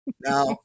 Now